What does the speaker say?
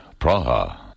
Praha